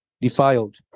defiled